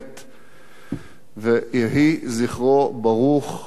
ויהי זכרו ברוך לימים רבים.